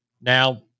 Now